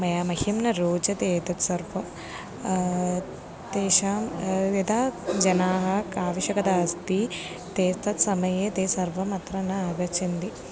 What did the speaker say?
मया मह्यं न रोचते एतत् सर्व तेषां यदा जनाः आवश्यकता अस्ति ते तत् समये ते सर्वम् अत्र न आगच्छन्ति